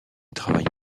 travaille